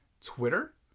Twitter